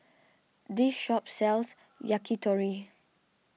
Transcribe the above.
this shop sells Yakitori